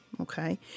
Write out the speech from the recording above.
okay